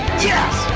yes